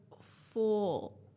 full